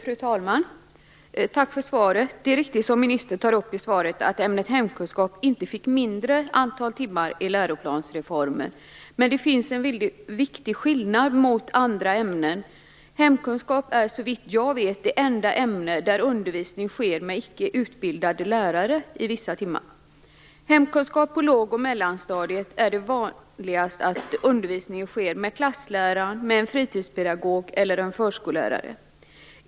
Fru talman! Tack för svaret! Det är mycket riktigt så som ministern tar upp i svaret att ämnet hemkunskap inte fick färre timmar i läroplansreformen. Men det finns en viktig skillnad jämfört med andra ämnen. Hemkunskap är såvitt jag vet det enda ämne där undervisningen sker med icke utbildade lärare vissa timmar. I hemkunskap på låg och mellanstadiet är det vanligast att undervisningen sker med klassläraren, med en fritidspedagog eller med en förskollärare.